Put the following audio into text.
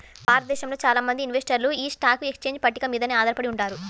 భారతదేశంలో చాలా మంది ఇన్వెస్టర్లు యీ స్టాక్ ఎక్స్చేంజ్ పట్టిక మీదనే ఆధారపడి ఉంటారు